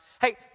Hey